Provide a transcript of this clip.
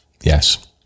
Yes